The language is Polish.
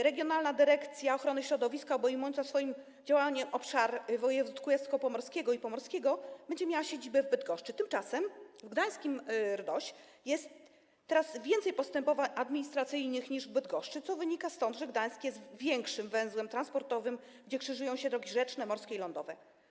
Regionalna dyrekcja ochrony środowiska obejmująca swoim działaniem obszar województw kujawsko-pomorskiego i pomorskiego będzie miała siedzibę w Bydgoszczy, tymczasem w gdańskim RDOŚ jest teraz więcej postępowań administracyjnych niż w Bydgoszczy, co wynika stąd, że Gdańsk jest większym węzłem transportowym, tam krzyżują się drogi rzeczne, morskie i lądowe.